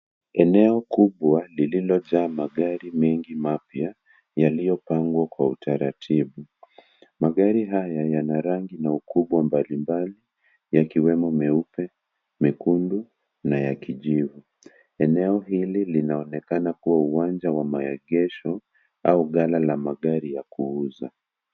Eneo kubwa lililojaa magari mengi mapya yaliyopangwa kwa utaratibu. Magari haya yana ukubwa na rangi mbalimbali yakiwemo meupe, mekundu na ya kijivu. Eneo ili linaonekana kuwa eneo la maengesho au gala la magari ya kuuza.